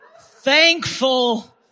Thankful